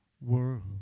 world